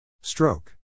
Stroke